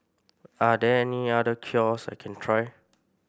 are there any other cures I can try